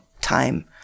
time